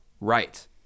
Right